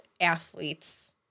athletes